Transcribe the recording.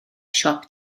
siop